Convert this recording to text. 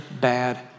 bad